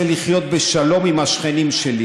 רוצה לחיות בשלום עם השכנים שלי.